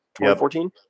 2014